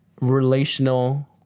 relational